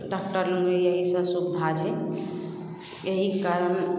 डॉकटरलग अएलै ईसब सुविधा छै एहि कारण